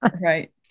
Right